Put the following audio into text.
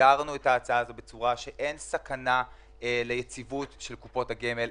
גידרנו את ההצעה הזאת בצורה כזאת שאין סכנה ליציבות של קופות הגמל,